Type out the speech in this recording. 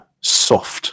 soft